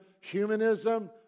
humanism